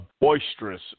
boisterous